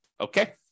Okay